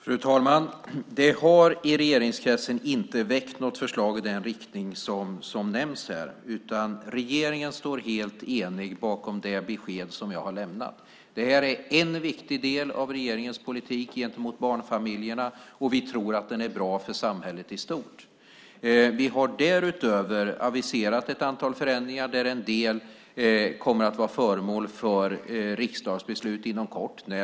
Fru talman! Det har i regeringskretsen inte väckts något förslag i den riktning som nämns här. Regeringen står helt enig bakom det besked som jag har lämnat. Det här är en viktig del av regeringens politik gentemot barnfamiljerna. Vi tror att den är bra för samhället i stort. Därutöver har vi aviserat ett antal förändringar. En del av dem kommer att vara föremål för riksdagsbeslut inom kort.